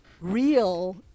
real